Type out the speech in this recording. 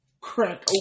crack